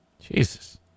Jesus